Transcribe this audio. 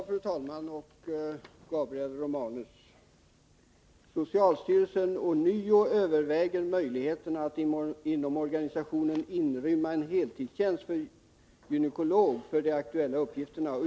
Fru talman! Utskottet skriver, Gabriel Romanus, att det kan vara motiverat ”att socialstyrelsen ånyo överväger möjligheterna att inom organisationen inrymma en heltidstjänst för gynekolog för de aktuella uppgifterna.